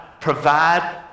provide